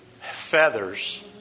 feathers